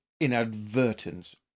inadvertence